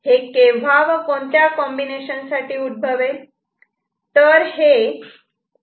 हे केव्हा व कोणत्या कॉम्बिनेशन साठी उद्भवेल